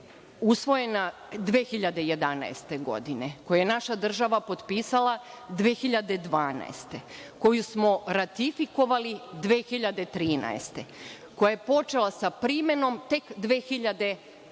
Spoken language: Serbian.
usvojena 2011. godine, koju je naša država potpisala 2012. godine, koju smo ratifikovali 2013. godine, koja je počela sa primenom tek 2014.